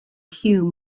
hume